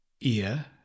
ear